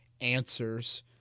answers